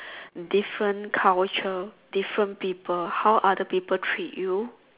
different culture different people how other people treat you